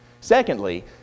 Secondly